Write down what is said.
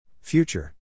Future